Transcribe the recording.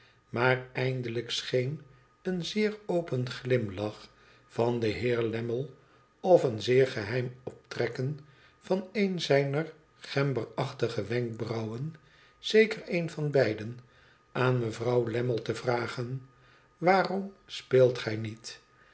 maar eindelijk scheen een zeer open glimlach van den heer lammie of een zeer geheim optrekken van een zijner gemberachtige wenkbrauwen zeker een van beiden aan mevrouw lammie te vragen waarom speelt gij niet